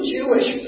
Jewish